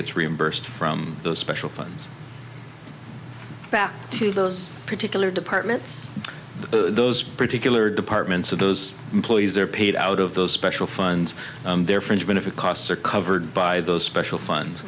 gets reimbursed from those special funds back to those particular departments those particular departments of those employees are paid out of those special funds their fringe benefit costs are covered by those special funds